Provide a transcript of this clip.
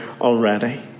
already